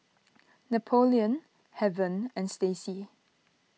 Napoleon Heaven and Stacy